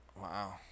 Wow